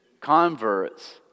converts